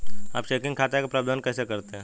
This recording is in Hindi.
आप चेकिंग खाते का प्रबंधन कैसे करते हैं?